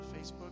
Facebook